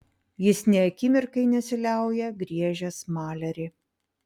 jis nė akimirkai nesiliauja griežęs malerį